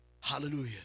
Hallelujah